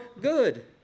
good